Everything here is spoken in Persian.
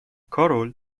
کارول